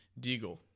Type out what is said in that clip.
Deagle